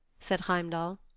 said heimdall.